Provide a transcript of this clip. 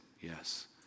yes